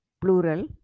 plural